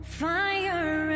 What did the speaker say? fire